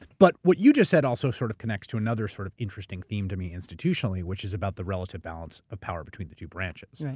but what you just said also sort of connects to another sort of interesting theme to me, institutionally, which is about the relative balance of power between the two branches.